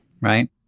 right